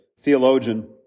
theologian